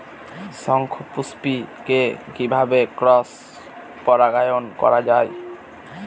শঙ্খপুষ্পী কে কিভাবে ক্রস পরাগায়ন করা যায়?